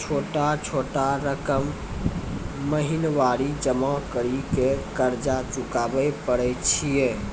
छोटा छोटा रकम महीनवारी जमा करि के कर्जा चुकाबै परए छियै?